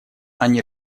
они